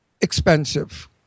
expensive